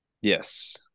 yes